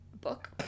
book